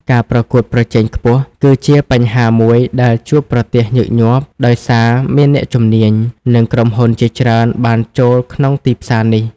ការប្រកួតប្រជែងខ្ពស់ គឺជាបញ្ហាមួយដែលជួបប្រទះញឹកញាប់ ដោយសារមានអ្នកជំនាញ និងក្រុមហ៊ុនជាច្រើនបានចូលក្នុងទីផ្សារនេះ។